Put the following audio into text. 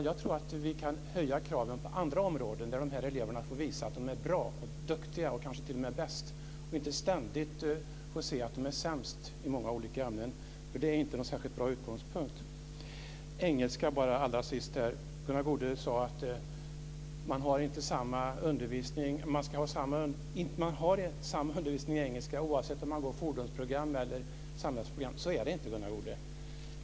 Jag tror att vi kan höja kraven på andra områden, där de här eleverna får visa att de är bra, duktiga och kanske t.o.m. bäst, och inte ständigt får se att de är sämst i många olika ämnen - det är inte någon särskilt bra utgångspunkt. När det gäller engelska sade Gunnar Goude att man har samma undervisning i engelska oavsett om man går fordonsprogram eller samhällsprogram. Så är det inte.